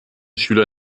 schüler